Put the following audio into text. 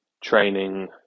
training